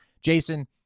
Jason